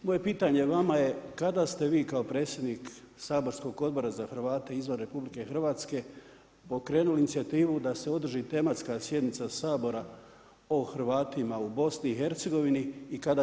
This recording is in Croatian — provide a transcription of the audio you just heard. Moje pitanje vama je kada ste vi kao predsjednik saborskog Odbora za Hrvate izvan RH, pokrenuli inicijativu da se održi tematska sjednica sabora o Hrvatima u BIH i kada će se ona održati?